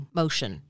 motion